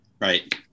Right